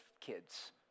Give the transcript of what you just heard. kids